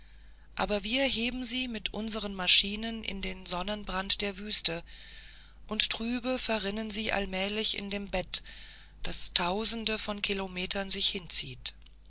aber wir heben sie mit unsern maschinen in den sonnenbrand der wüste und trübe verrinnen sie allmählich in dem bett das tausende von kilometern sich hinzieht